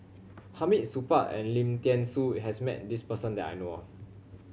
Hamid Supaat and Lim Thean Soo has met this person that I know of